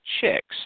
chicks